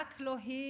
רק לא היא,